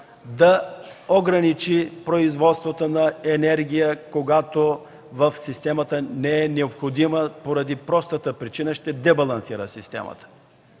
да ограничи производството на енергия в системата, когато не е необходимо, поради простата причина че ще дебалансира системата.